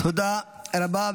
תודה רבה.